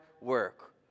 work